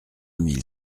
mille